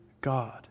God